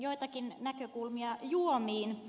joitakin näkökulmia juomiin